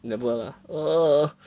never lah err